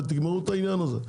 ותגמרו את העניין הזה.